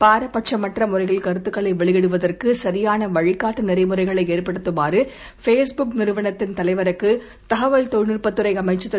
பாரபட்சமற்றமுறையில்கருத்துக்களைவெளியிடுவதற் கு சரியானவழிகாட்டுநெறிமுறைகளைஏற்படுத்துமாறுபே ஸ்புக்நிறுவனத்தின்தலைவருக்குதகவல்தொழில்நுட்பத் துறைஅமைச்சர்திரு